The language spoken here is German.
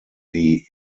die